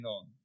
on